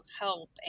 help